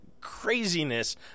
craziness